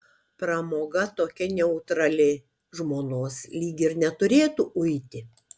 pramoga tokia neutrali žmonos lyg ir neturėtų uiti